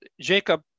jacob